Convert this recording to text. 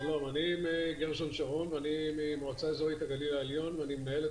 אני ממועצה אזורית הגליל העליון ואני מנהל את